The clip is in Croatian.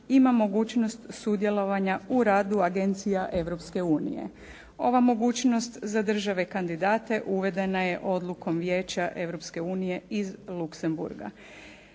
ima mogućnost sudjelovanja u radu agencija Europske unije. Ova mogućnost za države kandidate uvedena je odlukom Vijeća Europske unije iz Luksemburga.